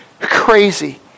crazy